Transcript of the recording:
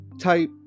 type